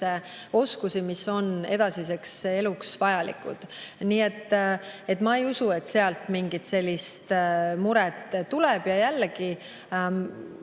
oskusi, mis on edasiseks eluks vajalikud. Nii et ma ei usu, et sealt mingit sellist muret tuleb. Jällegi,